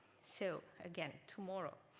so, again, tomorrow.